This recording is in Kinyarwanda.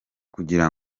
kugira